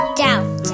doubt